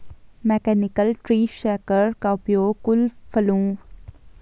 mechanical tree shaker का उपयोग कुछ फलों के पेड़ों, विशेषकर पेकान की कटाई में किया जाता है